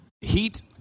heat